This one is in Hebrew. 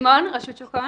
רשות שוק ההון.